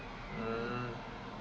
hmm